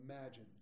imagine